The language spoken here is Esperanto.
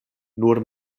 nur